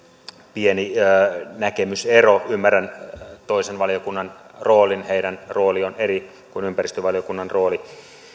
pieni näkemysero ymmärrän toisen valiokunnan roolin heidän roolinsa on eri kuin ympäristövaliokunnan rooli